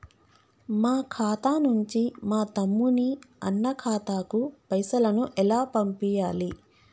మా ఖాతా నుంచి మా తమ్ముని, అన్న ఖాతాకు పైసలను ఎలా పంపియ్యాలి?